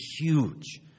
huge